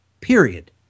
period